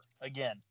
again